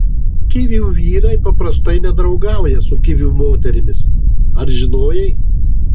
kivių vyrai paprastai nedraugauja su kivių moterimis ar žinojai